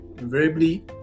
invariably